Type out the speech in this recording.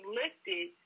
lifted